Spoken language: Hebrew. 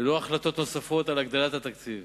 ללא ההחלטות הנוספות על הגדלת התקציב,